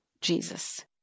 Jesus